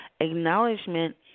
Acknowledgement